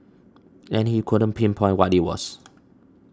and he couldn't pinpoint what it was